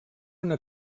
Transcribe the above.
una